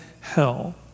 hell